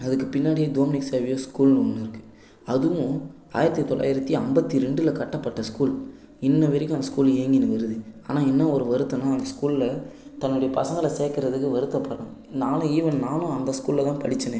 அதுக்கு பின்னாடி Dominic Xavier ஸ்கூல்ன்னு ஒன்று இருக்குது அதுவும் ஆயிரத்தி தொள்ளாயிரத்தி ஐம்பத்தி ரெண்டில் கட்டப்பட்ட ஸ்கூல் இன்று வரைக்கும் அந்த ஸ்கூல் இயங்கின்னு வருது ஆனால் என்ன ஒரு வருத்தம்னா அந்த ஸ்கூலில் தன்னுடைய பசங்களை சேக்கிறதுக்கு வருத்தப்படணும் நானும் ஈவென் நானும் அந்த ஸ்கூலில் தான் படித்தேனே